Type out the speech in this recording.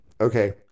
Okay